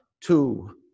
two